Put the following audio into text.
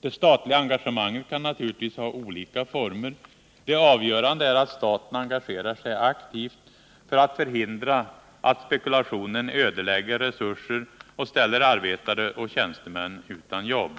Det statliga engagemanget kan naturligtvis ha olika former. Det avgörande är att staten engagerar sig aktivt för att förhindra att spekulationen ödelägger resurser och ställer arbetare och tjänstemän utan jobb.